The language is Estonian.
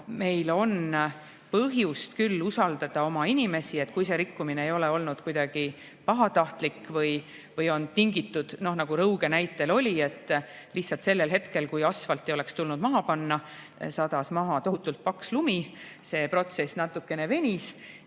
meil on põhjust usaldada oma inimesi. Kui rikkumine ei ole olnud kuidagi pahatahtlik või on tingitud, nagu Rõuge näitel oli, lihtsalt sellest, et hetkel, kui asfalti oleks tulnud maha panna, sadas maha tohutult paks lumi, mistõttu protsess natukene venis